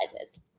sizes